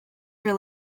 for